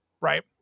right